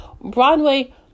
Broadway